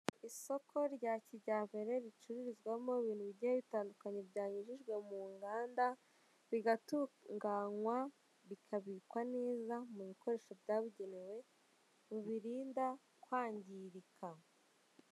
Isoko rya kijyambere ricururizwamo ibintu bigiye bitandukanye byanyujijwe mu nganda, bigatunganywa bikabikwa neza mu bikoresho byabugenewe, rubirinda kwangirika.